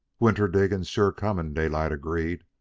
winter diggin's sure comin', daylight agreed.